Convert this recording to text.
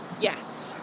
Yes